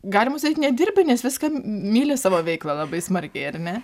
galima sakyt nedirbi nes viską m myli savo veiklą labai smarkiai ar ne